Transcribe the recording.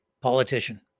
politician